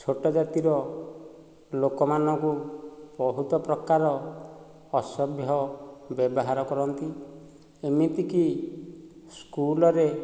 ଛୋଟ ଜାତିର ଲୋକମାନଙ୍କୁ ବହୁତ ପ୍ରକାର ଅସଭ୍ୟ ବ୍ୟବହାର କରନ୍ତି ଏମିତି କି ସ୍କୁଲରେ